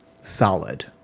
solid